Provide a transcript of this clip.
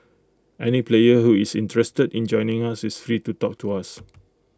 any player who is interested in joining us is free to talk to us